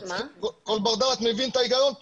כל בר דעת מבין את ההיגיון פה.